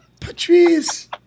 Patrice